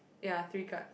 ya three cards